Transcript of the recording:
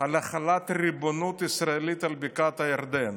על החלת ריבונות ישראלית על בקעת הירדן.